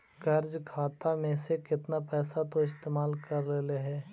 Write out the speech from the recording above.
कर्ज खाता में से केतना पैसा तु इस्तेमाल कर लेले हे